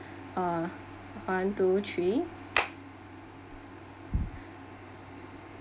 uh one two three